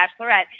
Bachelorette